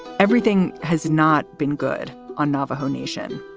everything has not been good on navajo nation.